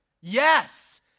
Yes